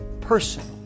personal